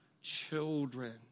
children